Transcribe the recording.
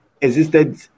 existed